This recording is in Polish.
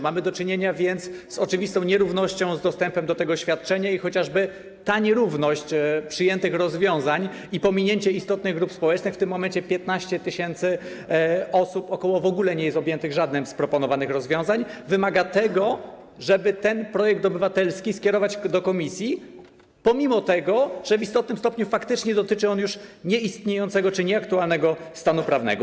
Mamy więc do czynienia z oczywistą nierównością w dostępie do tego świadczenia i chociażby ta nierówność przyjętych rozwiązań i pominięcie istotnych grup społecznych - w tym momencie ok. 15 tys. osób w ogóle nie jest objętych żadnym z proponowanych rozwiązań - wymaga tego, żeby ten projekt obywatelski skierować do komisji, pomimo tego, że w istotnym stopniu faktycznie dotyczy on już nieistniejącego czy nieaktualnego stanu prawnego.